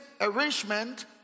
arrangement